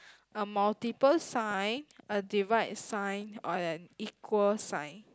a multiple sign a divide sign or an equal sign